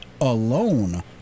alone